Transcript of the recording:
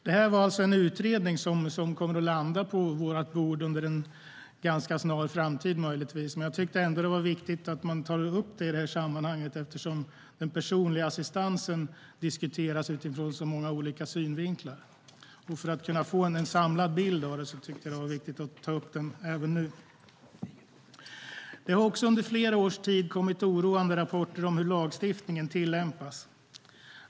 Detta är alltså en utredning som kommer att landa på vårt bord inom en ganska snar framtid, möjligtvis, men jag tyckte ändå att det var viktigt att man tar upp det i detta sammanhang eftersom den personliga assistansen diskuteras utifrån så många olika synvinklar. För att kunna få en samlad bild av detta tyckte jag att det var viktigt att ta upp den även nu. Det har också under flera års tid kommit oroande rapporter om hur lagstiftningen tillämpas.